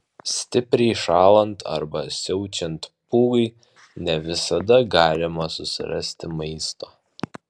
stipriai šąlant arba siaučiant pūgai ne visada galima susirasti maisto